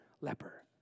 leper